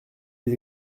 des